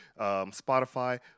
Spotify